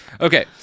Okay